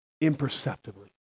imperceptibly